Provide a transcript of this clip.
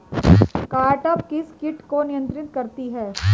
Cartap किस किट को नियंत्रित करती है?